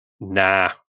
nah